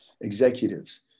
executives